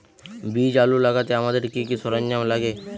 বীজ আলু লাগাতে আমাদের কি কি সরঞ্জাম লাগে?